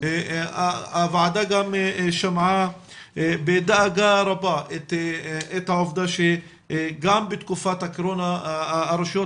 הוועדה גם שמעה בדאגה רבה את העובדה שגם בתקופת הקורונה הרשויות